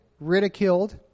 ridiculed